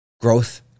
Growth